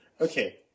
Okay